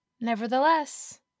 Nevertheless